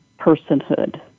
personhood